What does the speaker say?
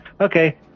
Okay